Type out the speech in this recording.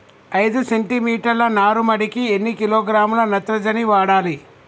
ఐదు సెంటి మీటర్ల నారుమడికి ఎన్ని కిలోగ్రాముల నత్రజని వాడాలి?